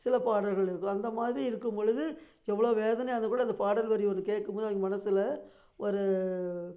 சில பாடல்கள் இருக்கும் அந்தமாதிரி இருக்கும்பொழுது எவ்வளோ வேதனையாக இருந்தால்கூட அந்த பாடல் வரி ஒன்று கேட்கும்போது அவங்க மனதுல ஒரு